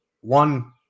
one